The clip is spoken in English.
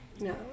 No